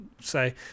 say